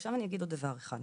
עכשיו אני אגיד עוד דבר אחד,